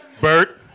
Bert